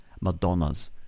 Madonnas